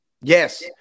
Yes